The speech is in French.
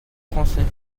français